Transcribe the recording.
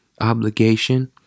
obligation